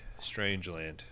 Strangeland